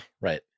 Right